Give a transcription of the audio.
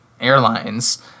airlines